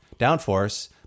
downforce